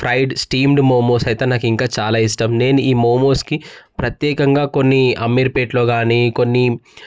fried steamed momos అయితే నాకు ఇంకా చాలా ఇష్టం నేను ఈ మోమోస్కి ప్రత్యేకంగా కొన్ని అమీర్పేట్లో గానీ కొన్ని